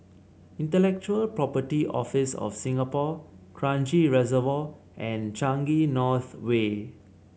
Intellectual Property Office of Singapore Kranji Reservoir and Changi North Way